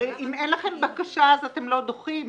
הרי אם אין לכם בקשה אתם לא דוחים.